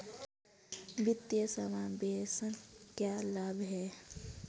वित्तीय समावेशन के क्या लाभ हैं?